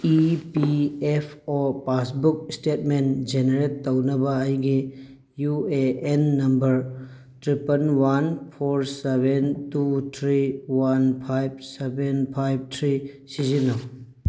E P F O passbook statement generate ꯇꯧꯅꯕ ꯑꯩꯒꯤ U A N number triple one four seven two three one five seven five three ꯁꯤꯖꯤꯟꯅꯧ